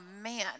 man